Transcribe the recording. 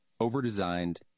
overdesigned